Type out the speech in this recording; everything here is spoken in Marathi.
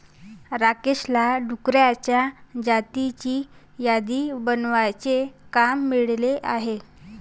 राकेशला डुकरांच्या जातींची यादी बनवण्याचे काम मिळाले आहे